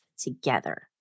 together